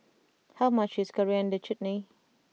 how much is Coriander Chutney